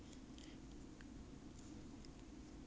who are you to talk about regrets when you cut half your hair off already